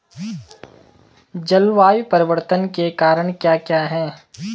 जलवायु परिवर्तन के कारण क्या क्या हैं?